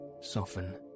soften